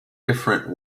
different